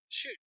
Shoot